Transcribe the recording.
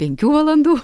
penkių valandų